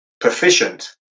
proficient